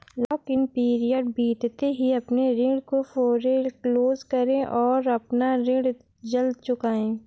lock in period बीतते ही अपने ऋण को फोरेक्लोज करे और अपना ऋण जल्द चुकाए